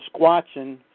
squatching